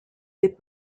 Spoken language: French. des